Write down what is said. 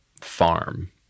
farm